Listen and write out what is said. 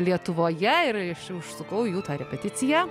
lietuvoje ir aš užsukau į jų tą repeticiją